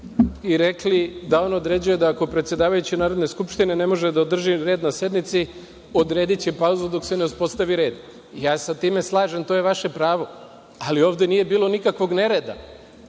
i rekli da on određuje da ako predsedavajući Narodne skupštine ne može da održi red na sednici, odrediće pauzu dok se ne uspostavi red. Ja se sa time slažem, to je vaše pravo, ali ovde nije bilo nikakvog nereda.